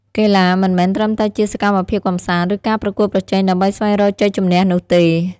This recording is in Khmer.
កីឡាមិនមែនត្រឹមតែជាសកម្មភាពកម្សាន្ត ឬការប្រកួតប្រជែងដើម្បីស្វែងរកជ័យជម្នះនោះទេ។